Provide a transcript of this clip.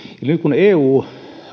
nyt kun eu